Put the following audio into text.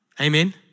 Amen